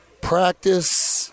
practice